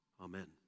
Amen